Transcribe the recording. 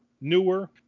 newer